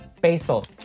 baseball